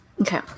Okay